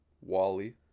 Wally